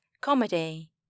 Comedy